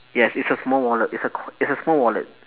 yes it's small wallet it's a co~ it's a small wallet